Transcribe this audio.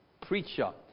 preacher